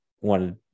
wanted